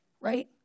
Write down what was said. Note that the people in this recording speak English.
Right